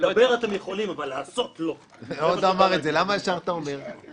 זה בנוגע למה שאמרת במשפט הקודם.